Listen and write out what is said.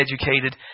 educated